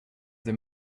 they